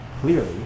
Clearly